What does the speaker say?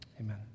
amen